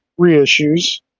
reissues